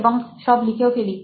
এবং সব লিখেও ফেলি